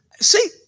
See